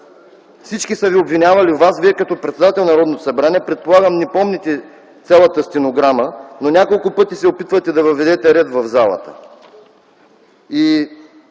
всички са ви обвинявали вас. Вие като председателстващ Народното събрание, предполагам не помните цялата стенограма, но няколко пъти се опитвате да въведете ред в залата. И